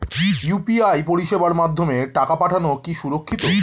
UPI পরিষেবার মাধ্যমে টাকা পাঠানো কি সুরক্ষিত?